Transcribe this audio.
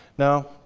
now,